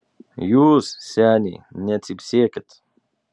jūs seniai necypsėkit